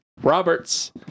Roberts